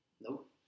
Nope